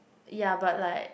ya but like